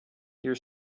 your